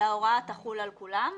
אלא ההוראה תחול על כולם,